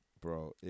Bro